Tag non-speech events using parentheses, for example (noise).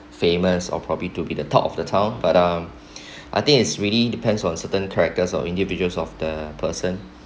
famous or probably to be the talk of the town but um (breath) I think it's really depends on certain characters or individuals of the person